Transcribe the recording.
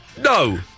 No